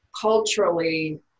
culturally